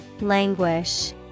Languish